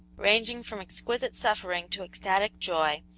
ranging from exquisite suffering to ecstatic joy,